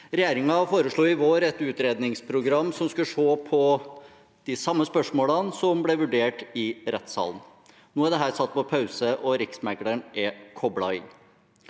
Regjeringen foreslo i vår et utredningsprogram som skulle se på samme spørsmål som ble vurdert i rettssalen. Nå er dette satt på pause, og Riksmekleren er koblet inn.